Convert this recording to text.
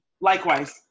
Likewise